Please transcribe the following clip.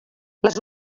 les